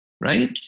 Right